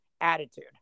attitude